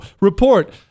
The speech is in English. Report